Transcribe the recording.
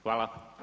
Hvala.